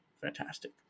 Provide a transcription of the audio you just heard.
fantastic